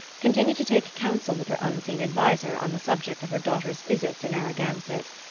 continued to take counsel with her unseen adviser on the subject of her daughter's visit to narragansett.